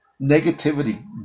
Negativity